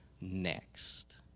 next